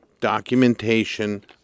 documentation